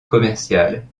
commerciales